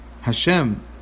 Hashem